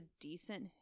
decent